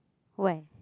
where